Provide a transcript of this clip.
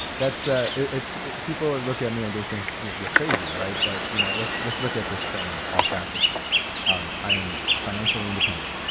that's. ah it's people look at me and they think you're crazy. right. but, you know, let's look at this from all facets um i am financially independent.